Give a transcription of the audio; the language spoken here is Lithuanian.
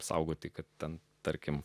saugoti kad ten tarkim